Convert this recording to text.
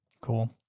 Cool